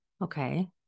Okay